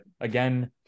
again